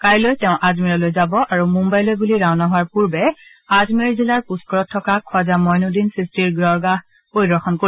কাইলৈ তেওঁ আজমেৰলৈ যাব আৰু মুম্বাইলৈ বুলি ৰাওনা হোৱাৰ পূৰ্বে আজমেৰ জিলাৰ পুষ্ণৰত থকা খ্বাজা মইনুদ্দিন চিস্তিৰ দৰগাহ পৰিদৰ্শন কৰিব